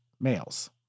males